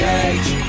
age